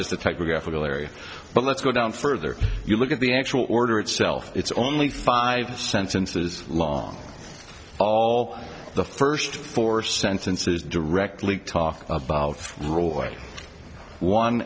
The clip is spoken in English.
is the type of graphical larry but let's go down further you look at the actual order itself it's only five sentences long all the first four sentences directly talk about roy one